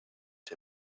tim